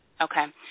Okay